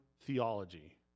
theology